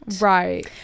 Right